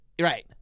Right